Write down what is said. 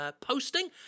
posting